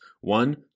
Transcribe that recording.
one